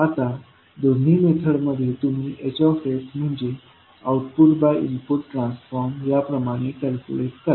आता दोन्ही मेथडमध्ये तुम्ही H म्हणजे आउटपुट बाय इनपुट ट्रान्सफॉर्म याप्रमाणे कॅल्क्युलेट करा